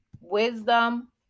Wisdom